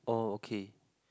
oh okay